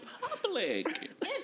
public